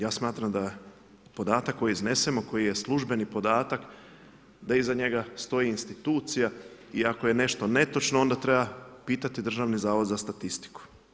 Ja smatram da podatak koji iznesemo, koji je službeni podatak, da iza njega stoji institucija i ako je nešto netočno, onda treba pitati Državni zavod za statistiku.